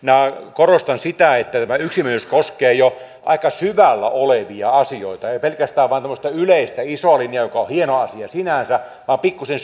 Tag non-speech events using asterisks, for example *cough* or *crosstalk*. korostan sitä että tämä yksimielisyys koskee jo aika syvällä olevia asioita ei pelkästään vain tämmöistä yleistä isoa linjaa mikä on hieno asia sinänsä vaan pikkuisen *unintelligible*